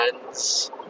friends